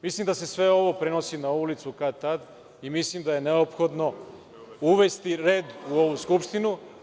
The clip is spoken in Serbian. Mislim da se sve ovo prenosi na ulicu kad tad i mislim da je neophodno uvesti red u ovu Skupštinu.